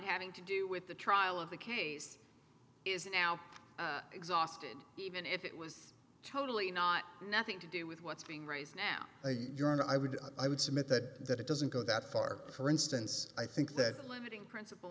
kind having to do with the trial of the case is now exhausted even if it was totally not nothing to do with what's being raised now a journal i would i would submit that that it doesn't go that far for instance i think that a limiting princip